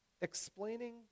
explaining